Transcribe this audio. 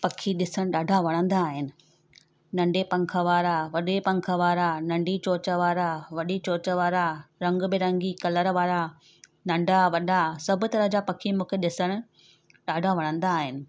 पखी ॾिसण ॾाढा वणंदा आहिनि नंढे पख वारा वॾे पख वारा नंढी चोच वारा वॾी चोच वारा रंगबिरंगी कलर वारा नंढा वॾा सभु तरह जा पखी मूंखे ॾिसण ॾाढा वणंदा आहिनि